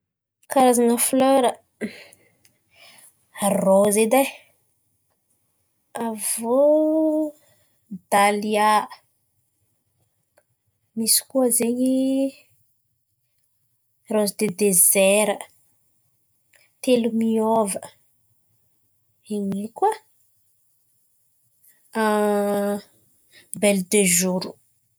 Karazana folera: rôzy edy e, aviô dalia, misy koa zen̈y rôzy de dezaira, telo miôva. Ino koa? Bely de zoro.